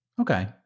Okay